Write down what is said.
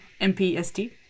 MPST